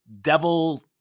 devil